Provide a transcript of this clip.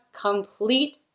complete